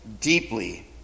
deeply